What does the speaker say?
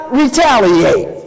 retaliate